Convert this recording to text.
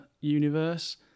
universe